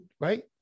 right